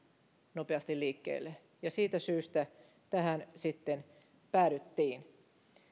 nopeasti liikkeelle siitä syystä tähän päädyttiin